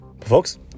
folks